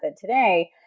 today